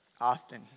often